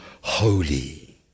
holy